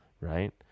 right